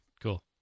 Cool